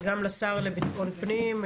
גם לשר לביטחון פנים,